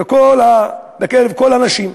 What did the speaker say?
בקרב כל הנשים,